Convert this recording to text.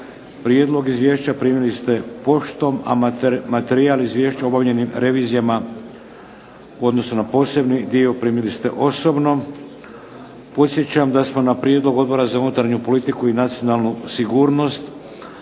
Prijedlog izvješća primili ste poštom, a materijal izvješća o obavljenim revizijama u odnosu na posebni dio primili ste osobno. Podsjećam da smo na prijedlog Odbora za unutarnju politiku i nacionalnu sigurnost